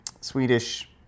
Swedish